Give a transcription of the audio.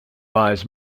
lies